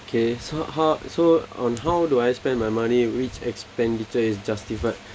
okay so how so on how do I spend my money which expenditure is justified